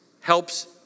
helps